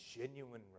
genuine